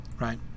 right